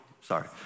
sorry